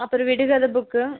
அப்புறம் விடுகதை புக்கு